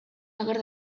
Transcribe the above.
ager